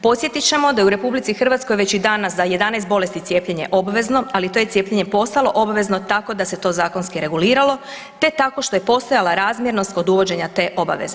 Podsjetit ćemo da je u RH već i danas za 11 bolesti cijepljenje obvezno, ali to je cijepljenje postalo obvezno tako da se to zakonski reguliralo, te tako što je postojala razmjernost kod uvođenja te obaveze.